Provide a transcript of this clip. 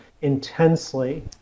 intensely